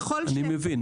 אני מבין.